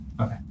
Okay